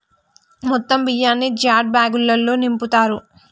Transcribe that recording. మొత్తం బియ్యాన్ని జ్యూట్ బ్యాగులల్లో నింపుతారు